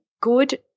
good